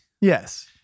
Yes